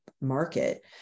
market